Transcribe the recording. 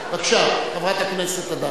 בבקשה, חברת הכנסת אדטו.